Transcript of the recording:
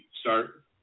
start